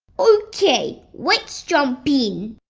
ok, let's jump in!